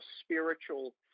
spiritual